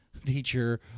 teacher